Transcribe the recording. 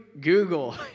Google